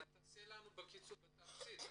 תעשה בתמצית.